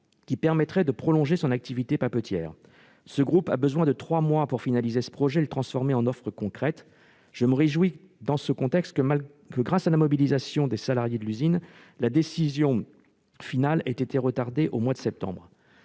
qui permettrait de prolonger son activité papetière. Ce groupe a besoin de trois mois pour finaliser ce projet et le transformer en offre concrète. Je me réjouis, dans ce contexte, que, grâce à la mobilisation des salariés de l'usine, la décision finale ait été retardée au mois de septembre